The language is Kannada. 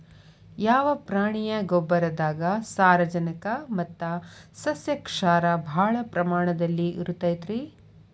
ಯಾವ ಪ್ರಾಣಿಯ ಗೊಬ್ಬರದಾಗ ಸಾರಜನಕ ಮತ್ತ ಸಸ್ಯಕ್ಷಾರ ಭಾಳ ಪ್ರಮಾಣದಲ್ಲಿ ಇರುತೈತರೇ?